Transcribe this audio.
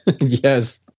Yes